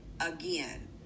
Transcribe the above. Again